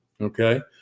okay